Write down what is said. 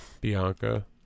Bianca